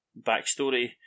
backstory